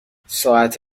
ساعت